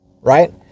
Right